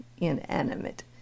inanimate